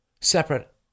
Separate